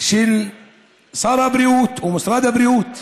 של שר הבריאות ומשרד הבריאות,